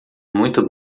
muito